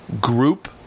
group